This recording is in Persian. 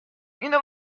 اینو